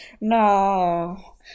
No